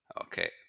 Okay